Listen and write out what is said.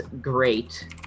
great